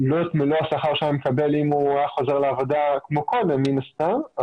לא את מלוא השכר אם הוא היה חוזר לעבודה כמו קודם מן הסתם,